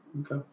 Okay